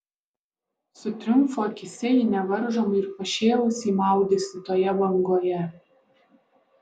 su triumfu akyse ji nevaržomai ir pašėlusiai maudėsi toje bangoje